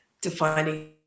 defining